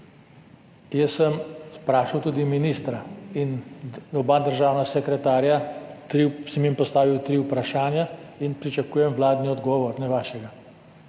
Jaz sem vprašal tudi ministra in oba državna sekretarja, sem jim postavil tri vprašanja in pričakujem vladni odgovor, ne vašega.